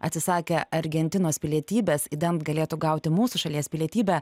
atsisakę argentinos pilietybės idant galėtų gauti mūsų šalies pilietybę